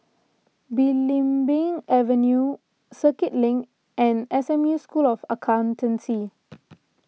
Belimbing Avenue Circuit Link and S M U School of Accountancy